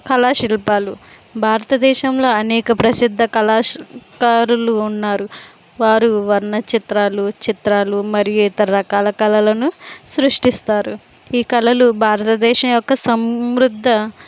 కళాశిల్పాలు భారతదేశంలో అనేక ప్రసిద్ధ కళా కారులు ఉన్నారు వారు వర్ణ చిత్రాలు చిత్రాలు మరియు ఇతర రకాల కలలను సృష్టిస్తారు ఈ కలలు భారతదేశం యొక్క సమృద్ధ